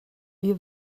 wir